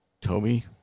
Toby